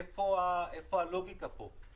איפה הלוגיקה פה?